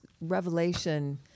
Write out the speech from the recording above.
Revelation